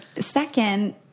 second